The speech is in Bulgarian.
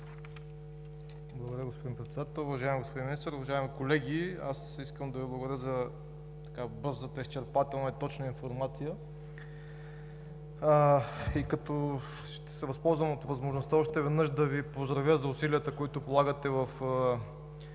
Благодаря, господин Председател. Уважаеми господин Министър, уважаеми колеги! Аз искам да благодаря за бързата, изчерпателна и точна информация. И ще се възползвам от възможността още веднъж да Ви поздравя за усилията, които полагате да